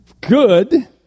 Good